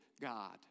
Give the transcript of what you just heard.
God